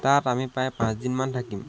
তাত আমি প্ৰায় পাঁচদিনমান থাকিম